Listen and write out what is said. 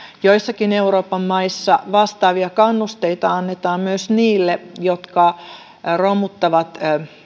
joissakin euroopan maissa vastaavia kannusteita annetaan myös niille jotka romuttavat